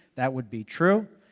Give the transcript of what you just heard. that would be true.